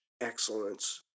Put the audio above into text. excellence